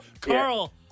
Carl